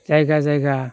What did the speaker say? जायगा जायगा